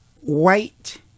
white